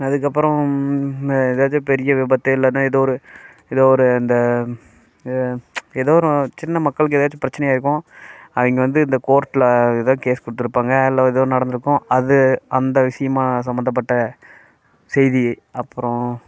அதுக்கு அப்புறம் ஏதாச்சும் பெரிய விபத்து இல்லைனா ஏதோ ஒரு ஏதோ ஒரு இந்த ஏதோ ஒரு சின்ன மக்களுக்கு ஏதாச்சும் பிரச்சனை ஆகியிருக்கும் அதை இங்கே வந்து இந்த கோர்ட்டில் ஏதாவது கேஸ் கொடுத்துருப்பாங்க இல்லை ஏதோ ஒன்று நடந்திருக்கும் அது அந்த விஷயமா சம்மந்தப்பட்ட செய்தி அப்புறம்